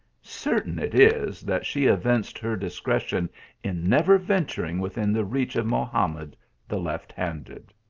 certain it is, that she evinced her discretion in never venturing within the reach of mohamed the left-handed.